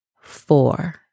four